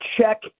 check